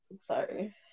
sorry